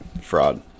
Fraud